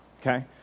Okay